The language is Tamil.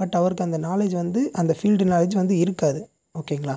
பட் அவருக்கு அந்த நாலேட்ஜ் வந்து அந்த ஃபீல்ட் நாலேட்ஜ் வந்து இருக்காது ஓகேங்களா